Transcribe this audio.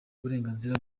uburenganzira